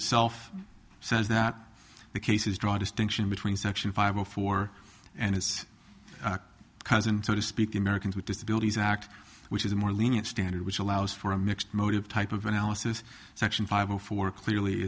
itself says that the cases draw a distinction between section five or four and his cousin to speak the americans with disabilities act which is a more lenient standard which allows for a mixed motive type of analysis section five or four clearly